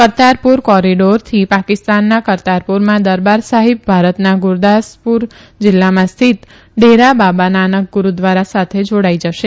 કરતારપુર કોરીડોરથી પાકિસ્તાનના કરતારપુરમાં દરબાર સાહિબ ભારતના ગુરદાસપુર જીલ્લામાં સ્થિત ડેરા બાબ નાનક ગુરૂદ્વારા સાથે જોડાઇ જશે